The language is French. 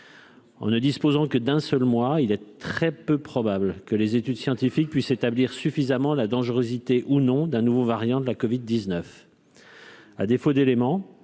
On ne disposant que d'un seul, moi, il est très peu probable que les études scientifiques puissent établir suffisamment la dangerosité ou non d'un nouveau variant de la Covid 19.